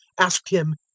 asked him,